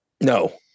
no